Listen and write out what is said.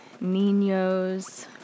Ninos